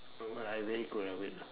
I very cold ah wait ah